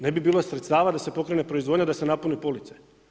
Ne bi bilo sredstava da se pokrene proizvodnja, da se napune police.